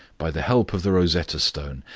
by the help of the rosetta stone,